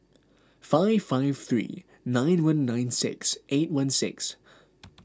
five five three nine one nine six eight one six